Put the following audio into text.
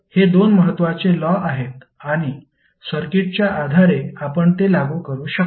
तर हे 2 महत्वाचे लॉ आहेत आणि सर्किटच्या आधारे आपण ते लागू करू शकतो